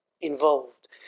involved